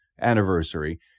anniversary